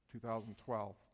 2012